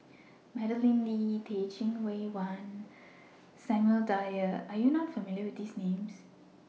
Madeleine Lee Teh Cheang Wan and Samuel Dyer Are YOU not familiar with These Names